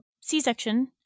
C-section